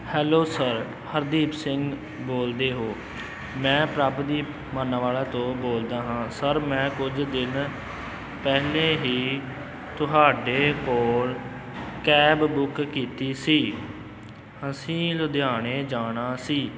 hello sir Hardeep Singh ਬੋਲਦੇ ਹੋ ਮੈਂ ਪ੍ਰਭਦੀਪ ਮਾਨਾਂਵਾਲਾ ਤੋਂ ਬੋਲਦਾ ਹਾਂ ਸਰ ਮੈਂ ਕੁਝ ਦਿਨ ਪਹਿਲਾਂ ਹੀ ਤੁਹਾਡੇ ਕੋਲ ਕੈਬ ਬੁੱਕ ਕੀਤੀ ਸੀ ਅਸੀਂ ਲੁਧਿਆਣੇ ਜਾਣਾ ਸੀ